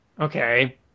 Okay